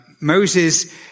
Moses